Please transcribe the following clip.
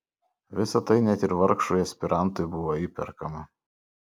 visa tai net ir vargšui aspirantui buvo įperkama